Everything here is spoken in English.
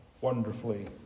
Wonderfully